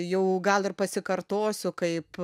jau gal ir pasikartosiu kaip